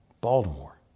Baltimore